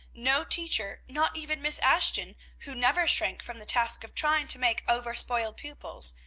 no teacher, not even miss ashton, who never shrank from the task of trying to make over spoiled pupils,